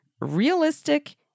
realistic